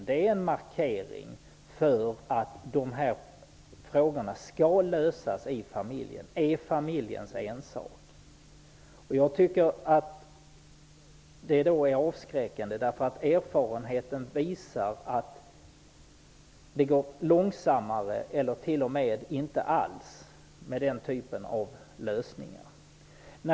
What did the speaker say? Det är en markering av att dessa frågor skall lösas i familjen och är familjens ensak. Jag tycker att det låter avskräckande, eftersom erfarenheten visar att det går långsammare eller t.o.m. inte alls med den typen av lösningar.